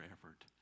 effort